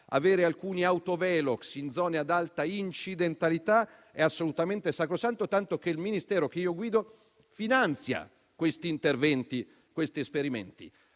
avere alcuni autovelox in zone ad alta incidentalità è assolutamente sacrosanto, tanto che il Ministero che io guido finanzia questi interventi ed esperimenti.